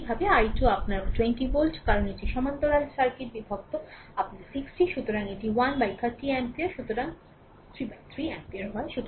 একইভাবে i2 আপনার 20 volt কারণ এটি সমান্তরাল সার্কিট বিভক্ত আপনার 60 সুতরাং এটি 13 অ্যাম্পিয়ার সুতরাং আপনি 13 অ্যাম্পিয়ার হয়